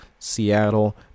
Seattle